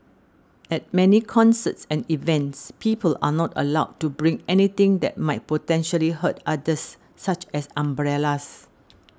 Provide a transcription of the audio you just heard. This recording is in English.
at many concerts and events people are not allowed to bring anything that might potentially hurt others such as umbrellas